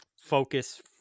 focus